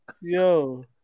Yo